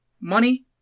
money